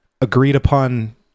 agreed-upon